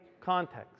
context